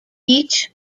each